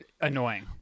annoying